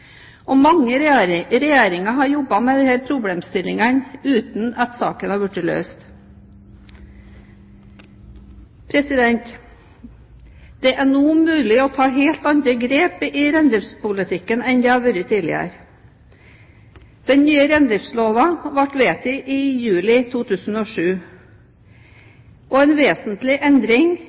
i mange tiår. Mange regjeringer har jobbet med disse problemstillingene uten at saken har blitt løst. Det er nå mulig å ta helt andre grep i reindriftspolitikken enn det har vært tidligere. Den nye reindriftsloven ble vedtatt i juni 2007, og en vesentlig endring